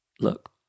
look